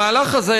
המהלך הזה,